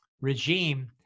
regime